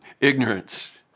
ignorance